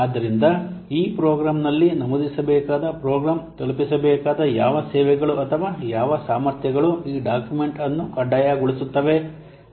ಆದ್ದರಿಂದ ಈ ಪ್ರೋಗ್ರಾಂನಲ್ಲಿ ನಮೂದಿಸಬೇಕಾದ ಪ್ರೋಗ್ರಾಂ ತಲುಪಿಸಬೇಕಾದ ಯಾವ ಸೇವೆಗಳು ಅಥವಾ ಯಾವ ಸಾಮರ್ಥ್ಯಗಳು ಈ ಡಾಕ್ಯುಮೆಂಟ್ ಅನ್ನು ಕಡ್ಡಾಯಗೊಳಿಸುತ್ತವೆ